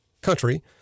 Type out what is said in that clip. country